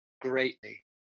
greatly